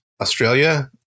Australia